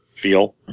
feel